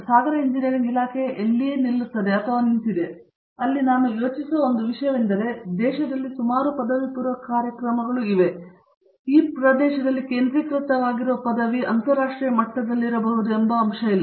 ಸಾಗರ engineering ಇಲಾಖೆ ಎಲ್ಲಿಯೇ ನಿಲ್ಲುತ್ತದೆ ಅಥವಾ ನಿಂತಿದೆ ಅಲ್ಲಿ ನಾನು ಯೋಚಿಸುವ ಒಂದು ವಿಷಯವೆಂದರೆ ನೀವು ದೇಶದಲ್ಲಿ ಸುಮಾರು ಪದವಿಪೂರ್ವ ಕಾರ್ಯಕ್ರಮಗಳನ್ನು ತಿಳಿದಿಲ್ಲ ಅಥವಾ ಈ ಪ್ರದೇಶದಲ್ಲಿ ಕೇಂದ್ರಿಕೃತವಾಗಿರುವ ಪದವಿ ಅಂತರರಾಷ್ಟ್ರೀಯ ಮಟ್ಟದಲ್ಲಿರಬಹುದು ಎಂಬ ಅಂಶವು ಇಲ್ಲ